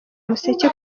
umuseke